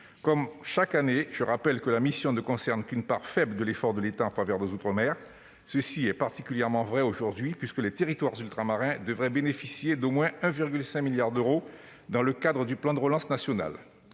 Comme chaque année, je rappelle que la mission ne concerne qu'une part faible de l'effort de l'État en faveur des outre-mer. C'est particulièrement vrai aujourd'hui, puisque les territoires ultramarins devraient bénéficier d'au moins 1,5 milliard d'euros dans la cadre du plan de relance national.